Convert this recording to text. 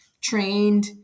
trained